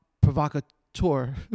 provocateur